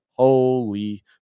Holy